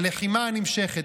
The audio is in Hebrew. הלחימה הנמשכת,